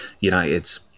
United's